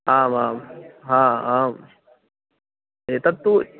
आमां हा आम् एतत्तु